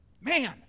Man